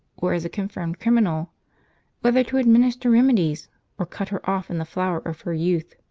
or as a confirmed criminal whether to administer remedies or cut her off in the flower of her youth.